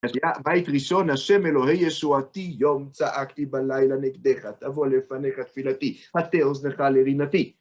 בית ראשון, ה' אלוהי ישועתי, יום צעקתי בלילה נגדך, תבוא לפניך תפילתי, עתה עוזנך לרינתי.